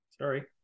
Sorry